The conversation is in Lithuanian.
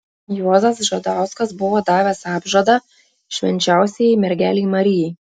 juozas žadauskas buvo davęs apžadą švenčiausiajai mergelei marijai